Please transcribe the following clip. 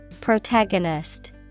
Protagonist